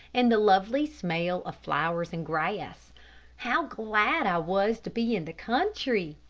and the lovely smell of flowers and grass. how glad i was to be in the country!